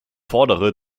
fordere